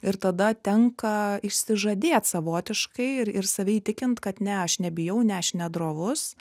ir tada tenka išsižadėt savotiškai ir ir save įtikint kad ne aš nebijau ne aš ne drovus